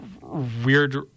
weird